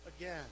again